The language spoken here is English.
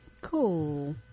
Cool